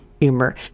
humor